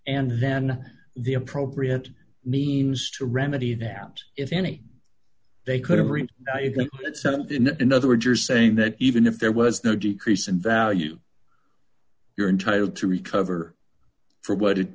and then the appropriate means to remedy that if any they could have been settled in that in other words you're saying that even if there was no decrease in value you're entitled to recover for what it